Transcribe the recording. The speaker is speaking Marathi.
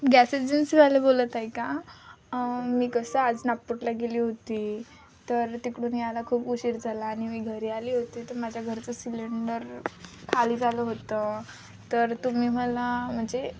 गॅस एजन्सीवाले बोलत आहे का मी कसं आज नागपूरला गेली होती तर तिकडून यायला खूप उशीर झाला आणि मी घरी आली होती तर माझ्या घरचं सिलेंडर खाली झालं होतं तर तुम्ही मला म्हणजे